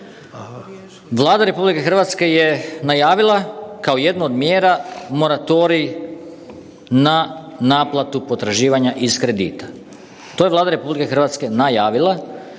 Vlada RH je najavila kao jednu od mjera moratorij na naplatu potraživanja iz kredita, to je Vlada RH najavila